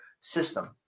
system